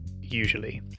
Usually